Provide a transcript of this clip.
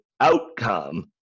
outcome